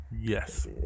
Yes